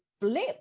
flip